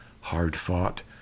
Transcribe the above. hard-fought